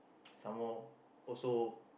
some more also